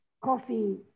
coffee